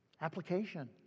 application